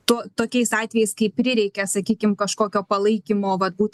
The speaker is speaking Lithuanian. tokiais atvejais kai prireikia sakykim kažkokio palaikymo vat būtent dėl tų